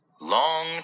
Long